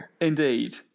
Indeed